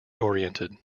oriented